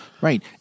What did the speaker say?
Right